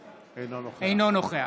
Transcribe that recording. אינו נוכח